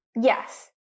Yes